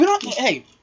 Hey